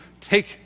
take